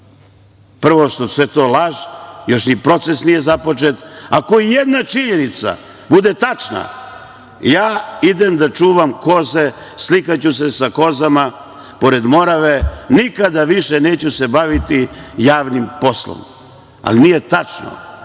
Prvo što je sve to laž. Još ni proces nije započet. Ako i jedna činjenica bude tačna, ja idem da čuvam koze. Slikaću se sa kozama pored Morave. Nikada se više neću baviti javnim poslom. Ali, nije tačno.